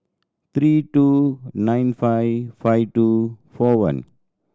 three two nine five five two four one